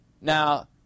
Now